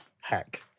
Hack